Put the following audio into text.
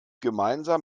gemeinsam